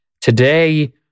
today